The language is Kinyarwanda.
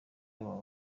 aba